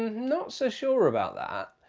not so sure about that.